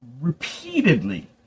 repeatedly